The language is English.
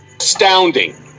astounding